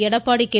Edappadi K